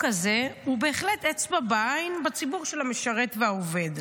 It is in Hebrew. הזה הוא בהחלט אצבע בעין לציבור המשרת והעובד.